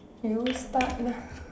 you start lah